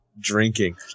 drinking